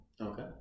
Okay